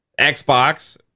Xbox